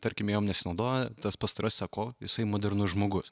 tarkim jom nesinaudoja tas pastarasis sako o jisai modernus žmogus